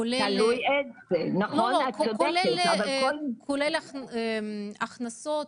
כולל הכנסות,